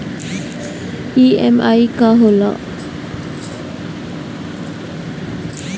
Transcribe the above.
EMI का होला?